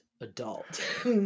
adult